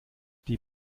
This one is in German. die